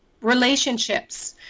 relationships